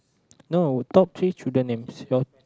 no top three children names your